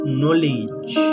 knowledge